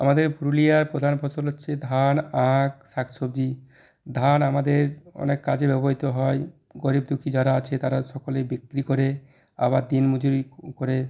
আমাদের পুরুলিয়ার প্রধান ফসল হচ্ছে ধান আখ শাক সবজি ধান আমাদের অনেক কাজে ব্যবহৃত হয় গরীব দুঃখী যারা আছে তারা সকলেই বিক্রি করে আবার দিন মজুরি করে